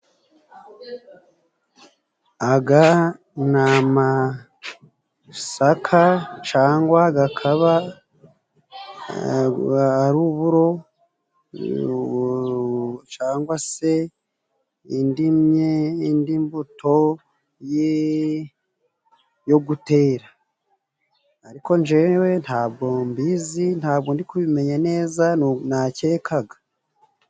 Aya ni amasaka cyangwa akaba ari uburo, cyangwa se indi mbuto yo gutera. Ariko njyewe nta bwo mbizi, nta bwo ndi kubimenya neza nakekaga.